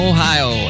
Ohio